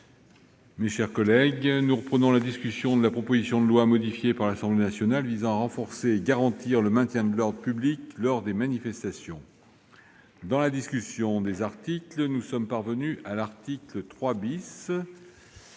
reprise. Nous poursuivons la discussion de la proposition de loi, modifiée par l'Assemblée nationale, visant à renforcer et garantir le maintien de l'ordre public lors des manifestations. Dans la discussion du texte de la commission, nous en sommes parvenus à l'article 3.